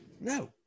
No